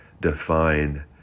define